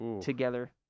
together